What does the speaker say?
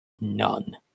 None